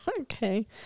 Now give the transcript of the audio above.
Okay